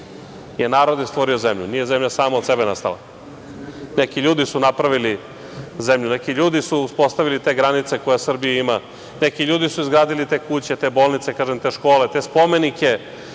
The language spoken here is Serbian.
jer narod je stvorio zemlju, nije zemlja sama od sebe nastala. Neki ljudi su napravili zemlju, neki ljudi su uspostavili te granice koje Srbija ima, neki ljudi su izgradili te kuće, te bolnice, te škole, te spomenike,